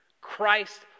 Christ